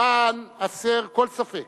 למען הסר כל ספק,